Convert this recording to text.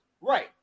right